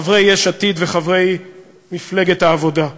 חברי יש עתיד וחברי מפלגת העבודה,